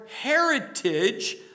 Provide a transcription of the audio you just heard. heritage